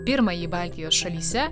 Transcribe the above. pirmąjį baltijos šalyse